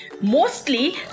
Mostly